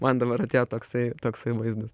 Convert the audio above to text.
man dabar atėjo toksai toksai vaizdas